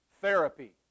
therapy